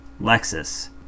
lexus